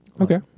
Okay